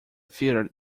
feared